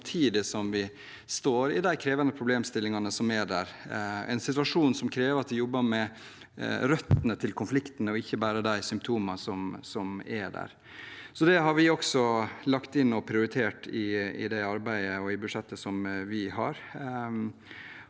samtidig som vi står i de krevende problemstillingene som er der. Det er en situasjon som krever at en jobber med røttene til konfliktene og ikke bare symptomene som er der. Det har vi også lagt inn og prioritert i arbeidet med det budsjettet vi har.